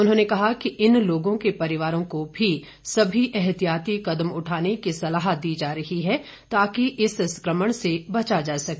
उन्होंने कहा कि इन लोगों के परिवारों को भी सभी एहतियाती कदम उठाने की सलाह दी जा रही है ताकि इस संक्रमण से बचा जा सके